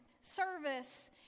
service